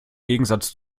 gegensatz